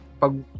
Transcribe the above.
pag